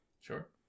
Sure